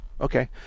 okay